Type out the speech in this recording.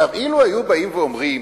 עכשיו, אילו היו באים ואומרים